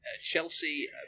Chelsea